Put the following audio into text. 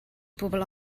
bobl